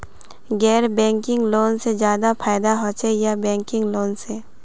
गैर banking loan से ज्यादा फायदा होचे या बैंकिंग लोन से?